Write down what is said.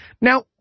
Now